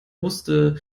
wusste